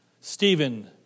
Stephen